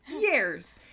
years